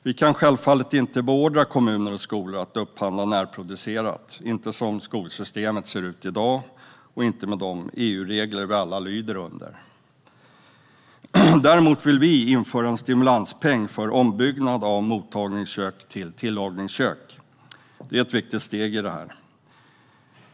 Vi kan självfallet inte beordra kommuner och skolor att upphandla närproducerat - inte som skolsystemet ser ut i dag och inte med de EU-regler vi alla lyder under. Däremot vill vi sverigedemokrater införa en stimulanspeng för ombyggnad av mottagningskök till tillagningskök. Det är ett viktigt steg i detta.